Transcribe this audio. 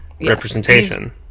representation